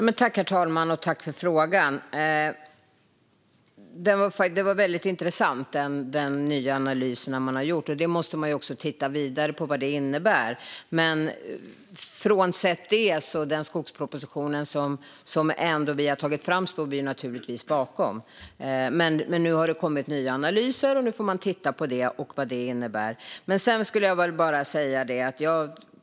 Herr talman! Jag tackar för frågan. Det var väldigt intressant med de nya analyser man gjort. Vi måste titta vidare på vad de innebär. Frånsett det står vi naturligtvis bakom den skogsproposition vi tog fram. Men nu har det kommit nya analyser, och vi får titta på dem och på vad de innebär.